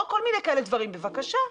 בבקשה,